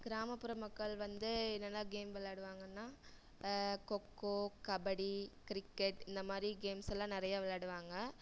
கிராமப்புற மக்கள் வந்து என்னென்ன கேம் விளாடுவாங்கன்னா கொக்கோ கபடி கிரிக்கெட் இந்த மாதிரி கேம்ஸ் எல்லாம் நிறையா விளாடுவாங்க